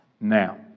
Now